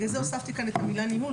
לכן הוספתי כאן את המילה "ניהול",